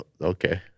Okay